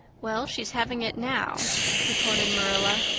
well, she's having it now retorted marilla.